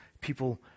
people